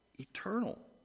Eternal